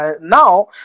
now